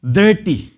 dirty